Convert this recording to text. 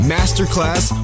Masterclass